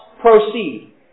proceed